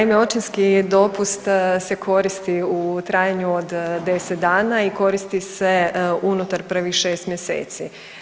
Naime, očinski dopust se koristi u trajanju od 10 dana i koristi se unutar prvih 6 mjeseci.